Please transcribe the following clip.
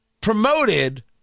promoted